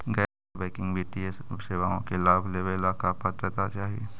गैर बैंकिंग वित्तीय सेवाओं के लाभ लेवेला का पात्रता चाही?